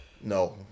No